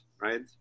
right